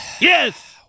Yes